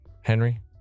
henry